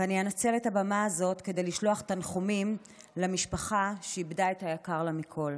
ואני אנצל את הבמה כדי לשלוח תנחומים למשפחה שאיבדה את היקר לה מכול.